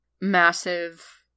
massive